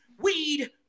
weed